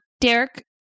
Derek